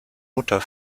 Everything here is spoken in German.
mutter